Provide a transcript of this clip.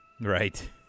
Right